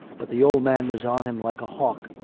but the old man was on him like a hawk.